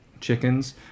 chickens